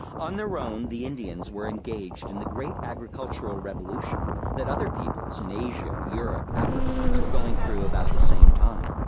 on their own, the indians were engaged in the great agricultural revolution that other peoples in asia, europe, africa were going through about the same time.